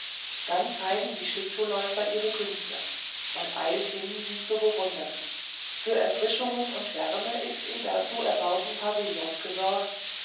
dann zeigen die schlittschuhläufer ihre künste man eilt hin sie zu bewundern für erfrischungen und wärme ist in dazu erbauten pavillons gesorgt